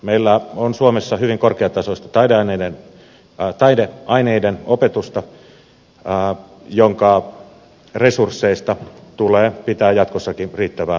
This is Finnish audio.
meillä on suomessa hyvin korkeatasoista taideaineiden opetusta jonka resursseista tulee pitää jatkossakin riittävää huolta